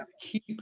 keep